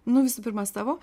nu visų pirma savo